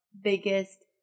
biggest